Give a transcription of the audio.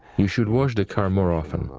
you should wash the car more often,